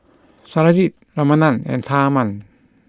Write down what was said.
Satyajit Ramanand and Tharman